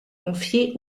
confiée